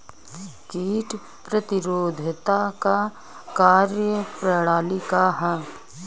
कीट प्रतिरोधकता क कार्य प्रणाली का ह?